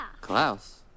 Klaus